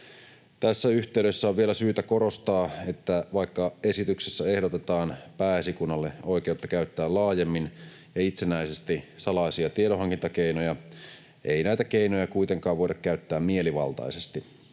Tässä yhteydessä on vielä syytä korostaa, että vaikka esityksessä ehdotetaan Pääesikunnalle oikeutta käyttää laajemmin ja itsenäisesti salaisia tiedonhankintakeinoja, ei näitä keinoja kuitenkaan voida käyttää mielivaltaisesti.